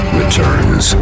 returns